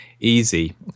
easy